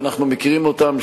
ואנחנו מכירים אותם,